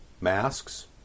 masks